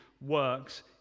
works